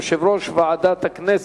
יושב-ראש ועדת הכנסת.